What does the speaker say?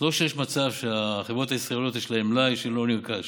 זה לא שיש מצב שבחברות הישראליות יש מלאי שלא נרכש.